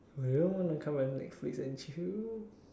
do you want to come and Netflix and chill